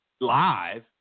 live